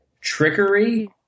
trickery